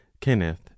Kenneth